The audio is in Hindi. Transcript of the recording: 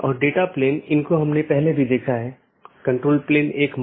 इसलिए उद्देश्य यह है कि इस प्रकार के पारगमन ट्रैफिक को कम से कम किया जा सके